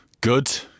Good